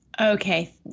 Okay